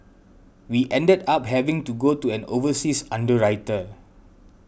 we ended up having to go to an overseas underwriter